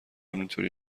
اینطوری